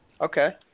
Okay